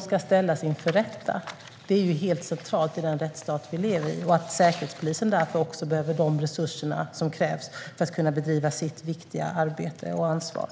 ska ställas inför rätta. Det är helt centralt i den rättsstat vi lever i, och säkerhetspolisen behöver därför också de resurser som krävs för att kunna bedriva sitt viktiga arbete och ta sitt ansvar.